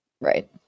Right